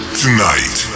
tonight